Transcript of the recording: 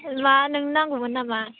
मा नोंनो नांगौमोन नामा